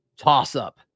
toss-up